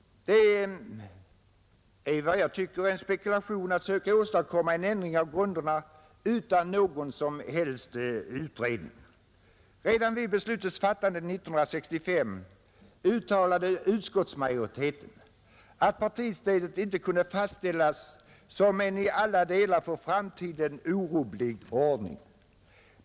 Det är, tycker jag, en spekulation att söka åstadkomma en ändring av grunderna utan någon som helst utredning. Redan vid beslutets fattande 1965 uttalade utskottsmajoriteten att partistödet inte kunde fastställas som en i alla delar för framtiden orubblig ordning.